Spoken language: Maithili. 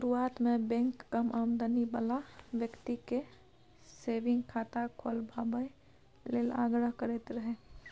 शुरुआत मे बैंक कम आमदनी बला बेकती केँ सेबिंग खाता खोलबाबए लेल आग्रह करैत रहय